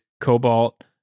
cobalt